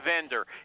vendor